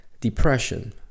depression